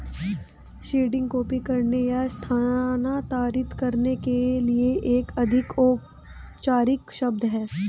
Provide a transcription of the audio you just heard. seeding copy करने या स्थानांतरित करने के लिए एक अधिक औपचारिक शब्द है